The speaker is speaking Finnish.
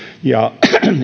ja